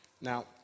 Now